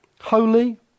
holy